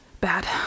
bad